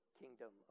kingdom